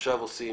שעכשיו עושים,